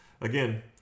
again